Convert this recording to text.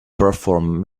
perform